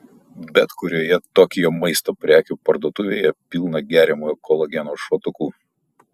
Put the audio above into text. bet kurioje tokijo maisto prekių parduotuvėje pilna geriamojo kolageno šotukų